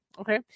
Okay